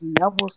levels